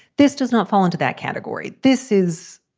this does not fall into that category. this is.